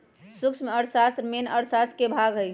सूक्ष्म अर्थशास्त्र मेन अर्थशास्त्र के भाग हई